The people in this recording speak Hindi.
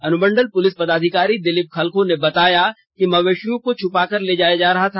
अनुमंडल पुलिस पदाधिकारी दिलीप खलखो ने बताया कि मवेशियों को छपाकर ले जाया रहा था